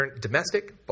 Domestic